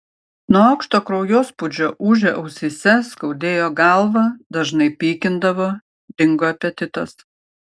nuo aukšto kraujospūdžio ūžė ausyse skaudėjo galvą dažnai pykindavo dingo apetitas